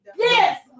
Yes